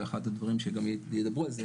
ואחד הדברים שגם ידברו על זה,